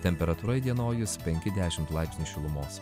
temperatūra įdienojus penki dešimt laipsnių šilumos